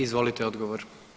Izvolite odgovor.